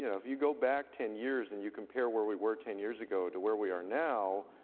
you know if you go back ten years and you compare where we were ten years ago to where we are now,